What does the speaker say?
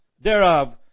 thereof